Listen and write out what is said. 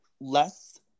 less